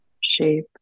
shape